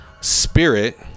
spirit